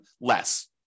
less